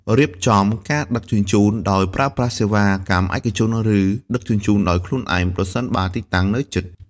រៀបចំការដឹកជញ្ជូនដោយប្រើប្រាស់សេវាកម្មឯកជន ឬដឹកជញ្ជូនដោយខ្លួនឯង ប្រសិនបើទីតាំងនៅជិត។